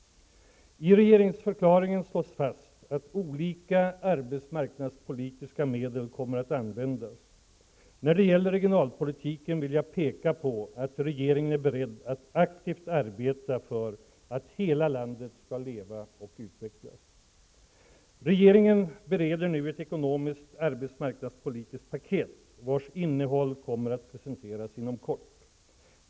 I regeringsförklaringen slås fast att olika arbetsmarknadspolitiska medel kommer att användas. När det gäller regionalpolitiken vill jag peka på att regeringen är beredd att aktivt arbeta för att hela landet skall leva och utvecklas. Regeringen bereder nu ett ekonomiskt och arbetsmarknadspolitiskt paket, vars innehåll kommer att presenteras inom kort.